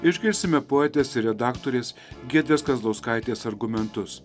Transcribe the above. išgirsime poetės ir redaktorės giedrės kazlauskaitės argumentus